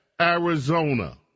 Arizona